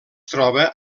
troba